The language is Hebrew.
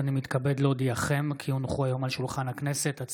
תוכן העניינים מסמכים שהונחו על שולחן הכנסת 6 מזכיר הכנסת